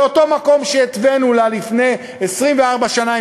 באותו מקום שהתווינו לה לפני 24 שנה,